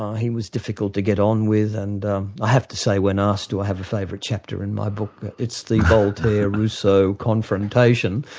he was difficult to get on with, and i have to say when asked do i have a favourite chapter in my book it's the voltaire-rousseau confrontation,